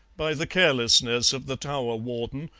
by the carelessness of the tower warden,